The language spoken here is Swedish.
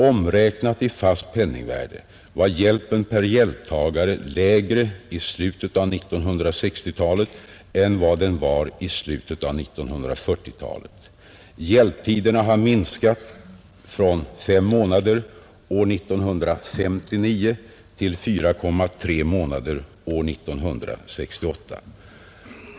Omräknat i fast penningvärde var hjälpen per hjälptagare lägre i slutet av 1960-talet än vad den var i slutet av 1940-talet. Hjälptiderna har minskat från 5 månader år 1959 till 4,3 månader år 1968.